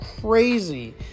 crazy